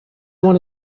one